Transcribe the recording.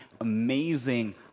amazing